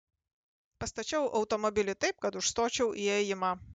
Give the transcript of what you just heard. pastačiau automobilį taip kad užstočiau įėjimą